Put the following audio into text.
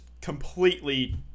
completely